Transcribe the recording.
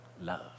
love